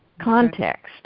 context